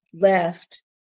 left